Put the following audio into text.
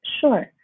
Sure